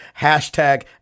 Hashtag